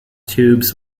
tubes